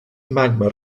magma